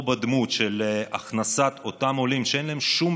או בדמות של הכנסת אותם עולים שאין להם שום